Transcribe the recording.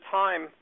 time